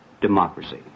democracy